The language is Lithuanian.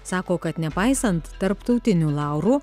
sako kad nepaisant tarptautinių laurų